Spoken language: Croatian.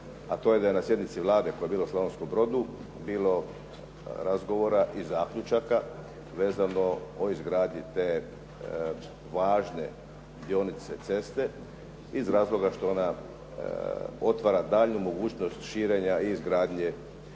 a to je da je na sjednici Vlade koja je bila u Slavonskom Brodu bilo razgovora i zaključaka vezano o izgradnji te važne dionice ceste iz razloga što ona otvara daljnju mogućnost širenja i izgradnje